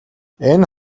энэ